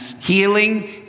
healing